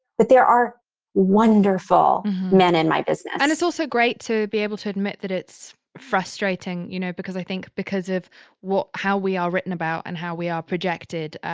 but there are wonderful men in my business and it's also great to be able to admit that it's frustrating, you know, because i think because of what, how we are written about and how we are projected,